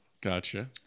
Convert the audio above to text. Gotcha